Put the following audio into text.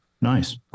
Nice